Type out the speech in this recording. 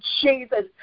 Jesus